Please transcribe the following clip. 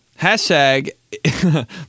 Hashtag